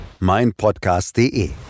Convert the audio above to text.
meinpodcast.de